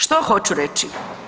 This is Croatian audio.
Što hoću reći?